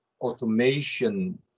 automation